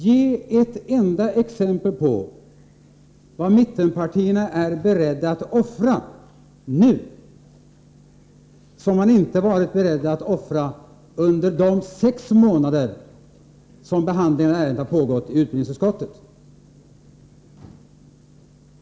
Ge ett enda exempel på vad mittenpartierna är beredda att offra nu som de inte varit beredda att offra under de sex månader som behandlingen av ärendet har pågått i utbildningsutskottet!